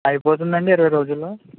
అయిపోతుందా అండి ఇరవై రోజుల్లో